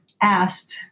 asked